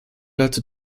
dazu